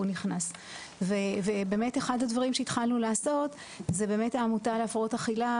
הוא נכנס ובאמת אחד הדברים שהתחלנו לעשות זה באמת העמותה להפרעות אכילה